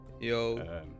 Yo